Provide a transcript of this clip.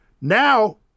Now